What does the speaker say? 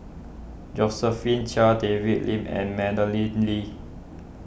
Josephine Chia David Lim and Madeleine Lee